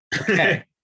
Okay